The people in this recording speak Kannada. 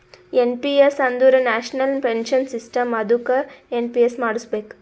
ಎನ್ ಪಿ ಎಸ್ ಅಂದುರ್ ನ್ಯಾಷನಲ್ ಪೆನ್ಶನ್ ಸಿಸ್ಟಮ್ ಅದ್ದುಕ ಎನ್.ಪಿ.ಎಸ್ ಮಾಡುಸ್ಬೇಕ್